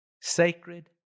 sacred